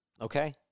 Okay